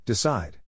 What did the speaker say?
Decide